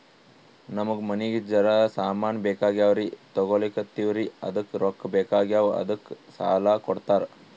ನಮಗ ಮನಿಗಿ ಜರ ಸಾಮಾನ ಬೇಕಾಗ್ಯಾವ್ರೀ ತೊಗೊಲತ್ತೀವ್ರಿ ಅದಕ್ಕ ರೊಕ್ಕ ಬೆಕಾಗ್ಯಾವ ಅದಕ್ಕ ಸಾಲ ಕೊಡ್ತಾರ?